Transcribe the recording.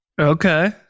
Okay